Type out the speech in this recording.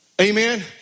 Amen